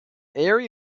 area